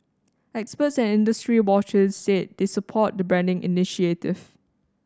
experts and industry watchers said they support the branding initiative